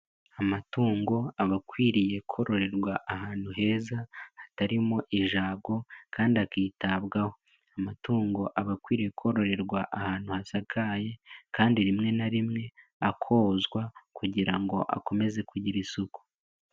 amatungo aba akwiriye kororerwa ahantu heza hatarimo ijago kandi akitabwaho. Amatungo aba akwiriye kororerwa ahantu hasakaye kandi rimwe na rimwe akozwa kugira ngo akomeze kugira isuku.